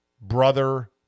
brother